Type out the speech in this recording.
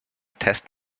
test